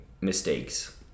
mistakes